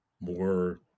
more